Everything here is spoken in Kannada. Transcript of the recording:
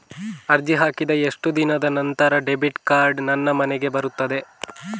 ಅರ್ಜಿ ಹಾಕಿದ ಎಷ್ಟು ದಿನದ ನಂತರ ಡೆಬಿಟ್ ಕಾರ್ಡ್ ನನ್ನ ಮನೆಗೆ ಬರುತ್ತದೆ?